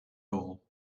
all